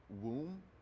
womb